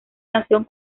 canción